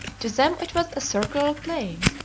to them it was a circular plane,